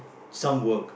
some work